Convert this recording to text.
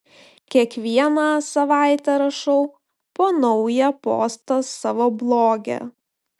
kiekvieną savaitę rašau po naują postą savo bloge